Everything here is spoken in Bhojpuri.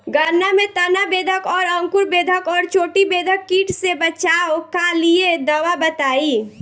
गन्ना में तना बेधक और अंकुर बेधक और चोटी बेधक कीट से बचाव कालिए दवा बताई?